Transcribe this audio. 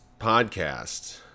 podcast